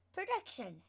Production